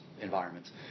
environments